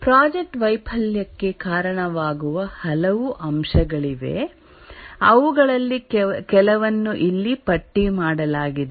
project ವೈಫಲ್ಯಕ್ಕೆ ಕಾರಣವಾಗುವ ಹಲವು ಅಂಶಗಳಿವೆ ಅವುಗಳಲ್ಲಿ ಕೆಲವನ್ನು ಇಲ್ಲಿ ಪಟ್ಟಿ ಮಾಡಲಾಗಿದೆ